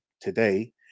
today